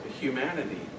humanity